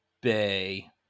Bay